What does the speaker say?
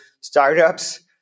startups